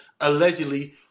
allegedly